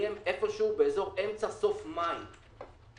יסתיים איפשהו באמצע-סוף מאי.